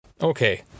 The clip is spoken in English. Okay